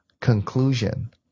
conclusion